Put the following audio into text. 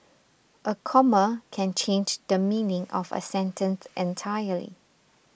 a comma can change the meaning of a sentence entirely